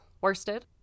worsted